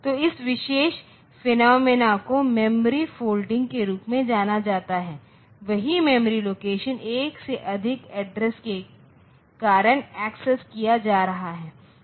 तो इस विशेष फेनोमेनन को मेमोरी फोल्डिंग के रूप में जाना जाता है वही मेमोरी लोकेशन एक से अधिक एड्रेस के कारण एक्सेस किया जा रहा है